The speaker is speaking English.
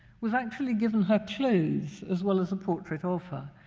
was actually given her clothes as well as a portrait of her,